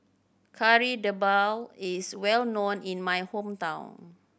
Kari Debal is well known in my hometown